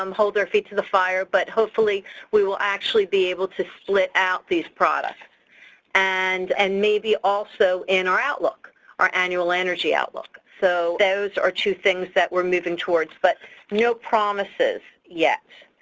um hold our feet to the fire but hopefully we will actually be able to split out these products and, and maybe also in our outlook our annual energy outlook. so those are two things that were moving towards, but no promises yet.